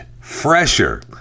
fresher